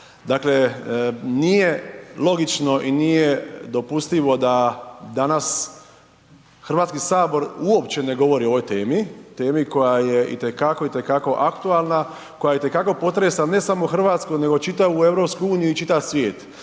Dakle, nije logično i nije dopustivo da danas Hrvatski sabor uopće ne govori o ovoj temi, temi koja je itekako, itekako aktualna, koja i te kako potresa ne samo Hrvatsku nego čitavu EU i čitav svijet.